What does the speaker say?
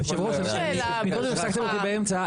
יושב הראש, מקודם הפסקתם אותי באמצע.